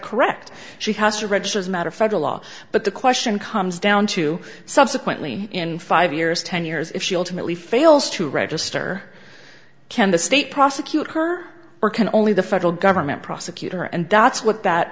correct she has to register as a matter of federal law but the question comes down to subsequently in five years ten years if she ultimately fails to register can the state prosecute her or can only the federal government prosecutor and that's what that